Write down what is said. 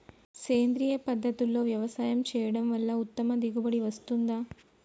సేంద్రీయ పద్ధతుల్లో వ్యవసాయం చేయడం వల్ల ఉత్తమ దిగుబడి వస్తుందా?